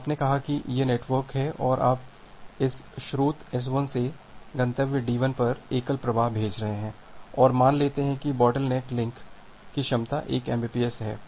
तो आपने कहा है कि यह नेटवर्क है और आप इस स्रोत S1 से गंतव्य D1 पर एकल प्रवाह भेज रहे हैं और मान लेते हैं कि बोटलनेक लिंक की क्षमता 1 एमबीपीएस है